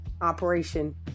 Operation